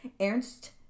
Ernst